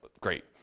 great